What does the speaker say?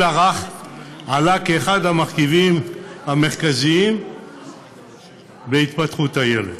הרך עלה כאחד המרכיבים המרכזיים בהתפתחות הילד.